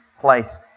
place